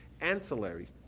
ancillary